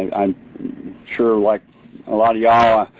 and i'm sure, like a lot of y'all,